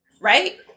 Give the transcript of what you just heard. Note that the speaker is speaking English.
Right